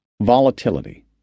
volatility